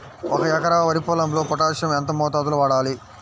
ఒక ఎకరా వరి పొలంలో పోటాషియం ఎంత మోతాదులో వాడాలి?